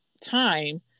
time